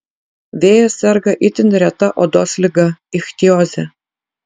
vėjas serga itin reta odos liga ichtioze